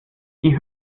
die